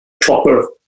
proper